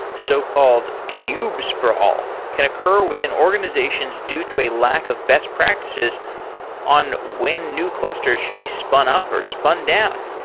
so-called kubesprawl can occur within organizations due to a lack of best practices on when new clusters should be spun up or spun down,